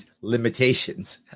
limitations